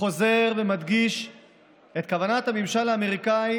חוזר ומדגיש את כוונת הממשל האמריקאי